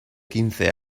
quince